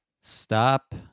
stop